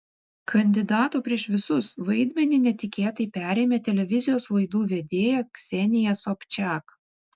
kandidato prieš visus vaidmenį netikėtai perėmė televizijos laidų vedėja ksenija sobčiak